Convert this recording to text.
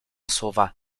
słowa